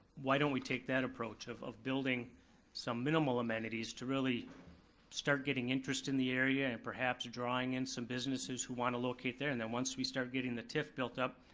why don't we take that approach of of building some minimal amenities to really start getting interest interest in the area and perhaps drawing in some businesses who wanna locate there, and then once we start getting the tiff built up,